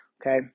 Okay